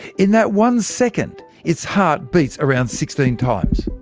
in that one second, its heart beats around sixteen times.